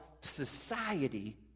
society